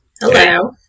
Hello